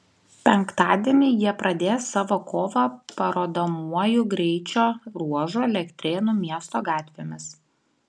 penktadienį jie pradės savo kovą parodomuoju greičio ruožu elektrėnų miesto gatvėmis